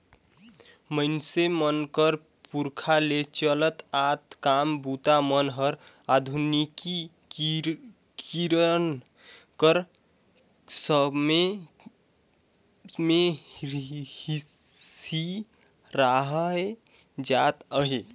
मइनसे मन कर पुरखा ले चलत आत काम बूता मन हर आधुनिकीकरन कर समे मे सिराए जात अहे